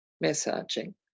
massaging